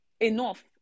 enough